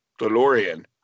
DeLorean